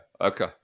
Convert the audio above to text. okay